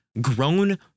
grown